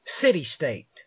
city-state